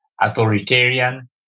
authoritarian